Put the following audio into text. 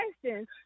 questions